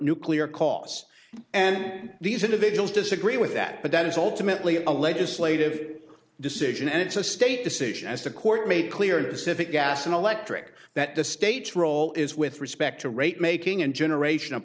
nuclear costs and these individuals disagree with that but that is ultimately a legislative decision and it's a state decision as the court made clear in its effect gas and electric that the state's role is with respect to rate making and generation of